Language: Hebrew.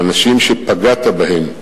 האנשים שפגעת בהם,